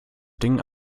ding